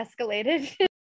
escalated